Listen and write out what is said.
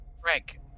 Frank